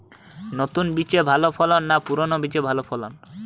নতুন বীজে ভালো ফলন না পুরানো বীজে ভালো ফলন?